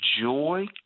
joy